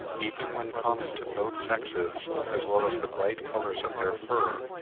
even when common to both sexes, as well as the bright colours of their fur,